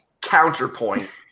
Counterpoint